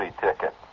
ticket